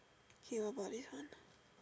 okay bye bye